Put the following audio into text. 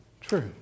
true